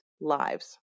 lives